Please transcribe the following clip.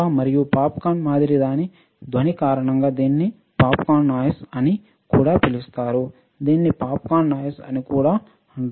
మరియు popcorn మాదిరి దాని ధ్వని కారణంగా దీనిని పాప్కార్న్ నాయిస్ అని కూడా పిలుస్తారు దీనిని పాప్కార్న్ నాయిస్ అని కూడా అంటారు